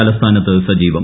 തലസ്ഥാനത്ത് സജീവം